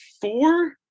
four